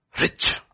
Rich